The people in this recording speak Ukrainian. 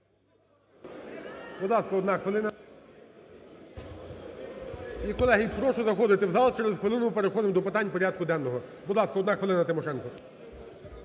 Будь ласка, одна хвилина. І, колеги, прошу заходити в зал, через хвилину ми переходимо до питань порядку денного. Будь ласка, одна хвилина, Тимошенко.